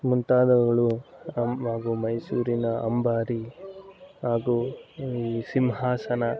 ಮುಂತಾದವುಗಳು ಹಾಗೂ ಮೈಸೂರಿನ ಅಂಬಾರಿ ಹಾಗೂ ಈ ಸಿಂಹಾಸನ